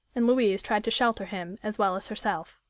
and louise tried to shelter him as well as herself.